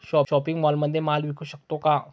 Shopping मॉलमध्ये माल विकू शकतो का?